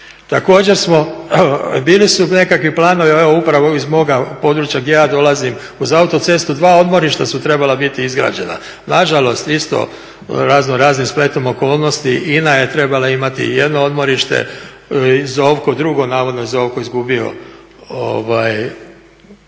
Također smo, bili su nekakvi planovi, evo upravo iz moga područja gdje ja dolazim uz autocestu dva odmorišta su trebala biti izgrađena. Na žalost isto razno raznim spletom okolnosti INA je trebala imati jedno odmorište, Zovko drugo. Navodno je Zovko izgubio